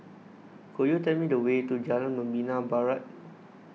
could you tell me the way to Jalan Membina Barat